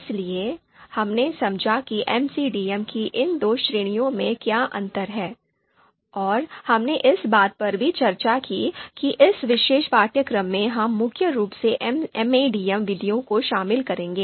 इसलिए हमने समझा कि एमसीडीएम की इन दो श्रेणियों में क्या अंतर हैं और हमने इस बात पर भी चर्चा की कि इस विशेष पाठ्यक्रम में हम मुख्य रूप से एमएडीएम विधियों को शामिल करेंगे